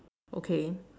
okay